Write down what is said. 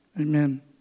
amen